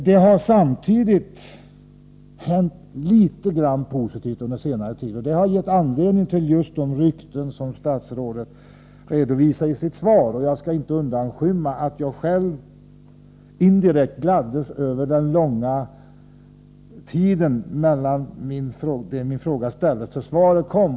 Det har samtidigt hänt litet grand som är positivt under senare tid, och det har gett anledning till just de rykten som statsrådet redovisar i sitt svar. Jag skall inte undanskymma att jag själv indirekt gladdes över den långa tiden från det att min interpellation ställdes till dess att svaret kom.